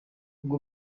ubwo